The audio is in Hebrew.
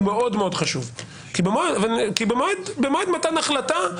הוא מאוד מאוד חשוב כי במועד מתן החלטה,